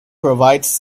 provides